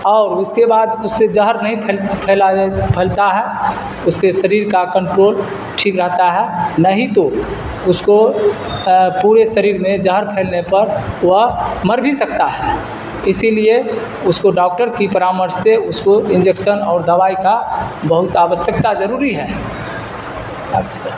اور اس کے بعد اس سے زہر نہیں پھیل پھیلائے پھیلتا ہے اس کے شریر کا کنٹرول ٹھیک رہتا ہے نہیں تو اس کو پورے شریر میں زہر پھیلنے پر وہ مر بھی سکتا ہے اسی لیے اس کو ڈاکٹر کی پرامر سے اس کو انجیکسن اور دوائی کا بہت آوسیکتا ضروری ہے